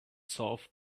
solve